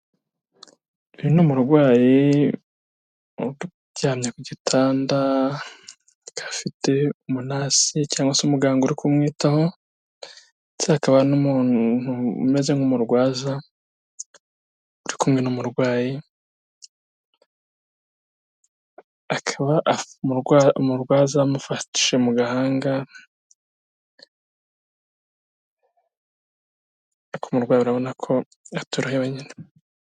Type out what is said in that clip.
Uyu ni umurwayi uryamye ku gitanda, afite umu nase, cyangwa se umuganga uri kumwitaho ndetse hakaba n'umuntu umeze nk'umurwaza uri kumwe n'umurwayi. akaba umurwaza amufashe mu gahanga, ariko umurwayi urabona ko atorohewe nyine.